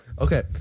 Okay